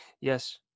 Yes